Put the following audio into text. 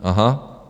Aha.